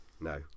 No